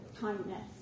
kindness